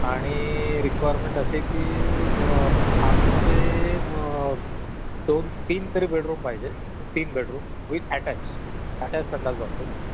आणि रिक्वायरमेंट अशी आहे की आतमध्ये दोनतीन तरी बेडरूम पाहिजेत तीन बेडरूम विथ अटॅच अटॅच संडास बाथरूम